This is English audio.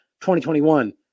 2021